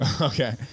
Okay